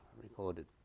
recorded